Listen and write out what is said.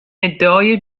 ادعای